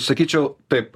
sakyčiau taip